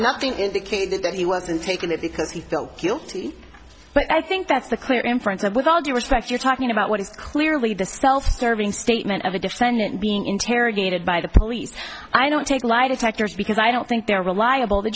nothing indicated that he wasn't taking it because he felt guilty but i think that's the clear inference and with all due respect you're talking about what is clearly the self serving statement of a defendant being interrogated by the police i don't take lie detectors because i don't think they're reliable the